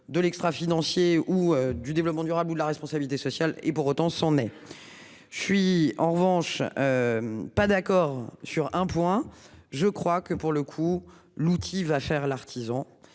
De l'extra financiers ou du développement durable la responsabilité sociale et pour autant son nez. Je suis en revanche. Pas d'accord sur un point, je crois que pour le coup outil va cher l'artisan.